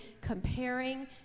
comparing